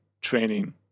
training